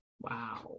Wow